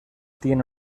tiene